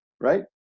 right